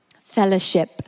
fellowship